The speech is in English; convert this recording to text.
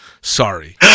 Sorry